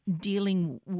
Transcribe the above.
dealing